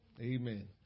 amen